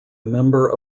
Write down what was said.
member